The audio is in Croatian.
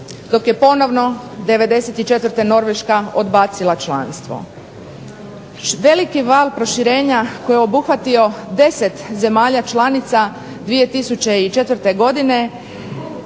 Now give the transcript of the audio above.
dok je ponovno '94. Norveška odbacila članstvo. Veliki val proširenja koji je obuhvatio 10 zemalja članica 2004. godine